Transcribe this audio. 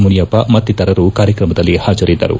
ಮುನಿಯಪ್ಪ ಮತ್ನಿತರರು ಕಾರ್ಯಕ್ರಮದಲ್ಲಿ ಹಾಜರಿದ್ದರು